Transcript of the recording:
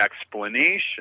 explanation